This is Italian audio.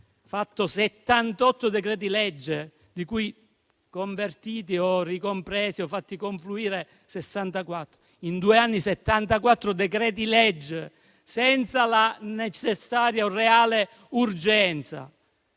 fatto 78 decreti-legge, di cui convertiti, ricompresi o fatti confluire 64. In due anni, 64 decreti-legge senza la necessaria e reale urgenza.